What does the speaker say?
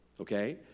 okay